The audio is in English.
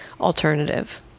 alternative